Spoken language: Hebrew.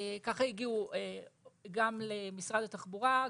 ככה הגיעו גם למשרד התחבורה,